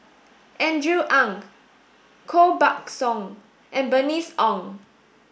Andrew Ang Koh Buck Song and Bernice Ong